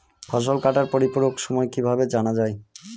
ফসল কাটার পরিপূরক সময় কিভাবে জানা যায়?